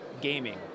gaming